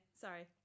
sorry